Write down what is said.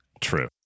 true